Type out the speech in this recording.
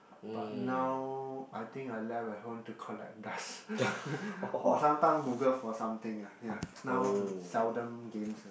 but now I think I left at home to collect dust or sometime Google for something ah ya now seldom games